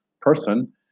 person